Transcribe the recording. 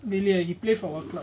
really ah he play for what club